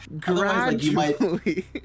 gradually